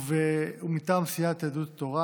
ומטעם סיעת יהדות התורה,